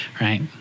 Right